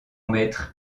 maître